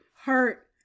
hurt